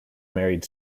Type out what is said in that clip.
married